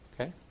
okay